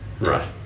Right